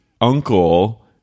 uncle